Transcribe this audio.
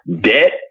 debt